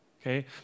okay